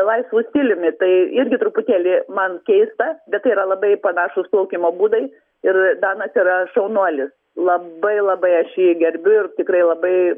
laisvu stiliumi tai irgi truputėlį man keista bet tai yra labai panašūs plaukimo būdai ir danas yra šaunuolis labai labai aš jį gerbiu ir tikrai labai